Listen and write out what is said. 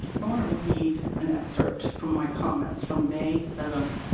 i want to read and excerpt from my comments from may seven,